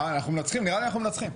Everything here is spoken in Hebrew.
נראה לי אנחנו מנצחים.